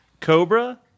Cobra